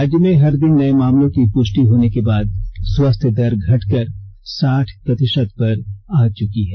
राज्य में हर दिन नए मामलों की पुष्टि होने के बाद स्वस्थ दर घटकर साठ प्रतिषत पर आ चुकी है